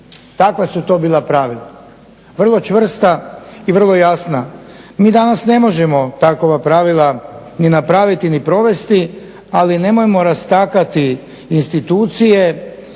Takva su to bila pravila, vrlo čvrsta i vrlo jasna. Mi danas ne možemo takova pravila ni napraviti ni provesti ali nemojmo rastakati institucije